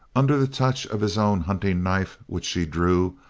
under the touch of his own hunting knife which she drew,